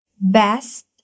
Best